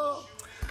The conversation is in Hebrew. לא, לא, לא.